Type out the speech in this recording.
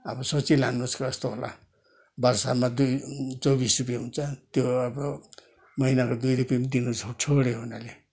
अब सोचिलानुहोस् कस्तो होला वर्षमा दुई चौबिस रुपियाँ हुन्छ त्यो अब महिनाको दुई रुपियाँ पनि दिन छो छोड्यो उनीहरूले